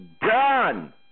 done